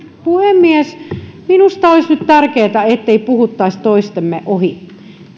puhemies minusta olisi nyt tärkeää ettemme puhuisi toistemme ohi